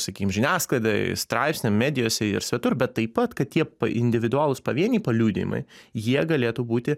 sakykim žiniasklaidai straipsnio medijose ir svetur bet taip pat kad tie individualūs pavieniai paliudijimai jie galėtų būti